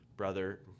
brother